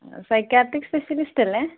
psychiatric specialist അല്ലേ